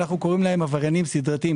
עבריינים סדרתיים,